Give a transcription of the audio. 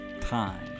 time